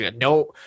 no